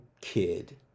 kid